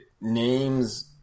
names